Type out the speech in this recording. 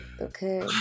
okay